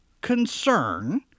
concern